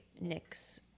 nick's